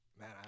Man